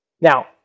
Now